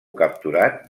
capturat